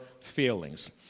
feelings